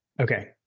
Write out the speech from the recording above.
Okay